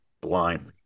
blindly